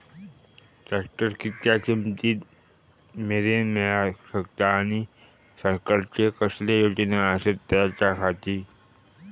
Tractor कितक्या किमती मरेन मेळाक शकता आनी सरकारचे कसले योजना आसत त्याच्याखाती?